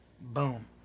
Boom